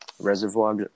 Reservoir